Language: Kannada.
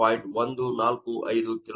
145 kPa